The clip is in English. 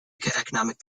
economic